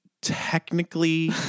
Technically